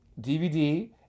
DVD